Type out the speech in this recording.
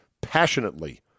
passionately